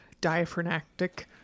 diaphragmatic